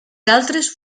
altres